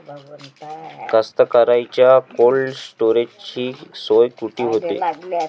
कास्तकाराइच्या कोल्ड स्टोरेजची सोय कुटी होते?